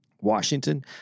Washington